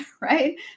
right